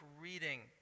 reading